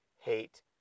hate